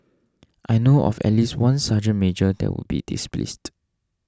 I know of at least one serge major that would be displeased